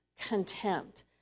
contempt